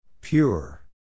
Pure